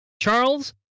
Charles